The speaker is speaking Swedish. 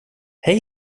hej